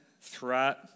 threat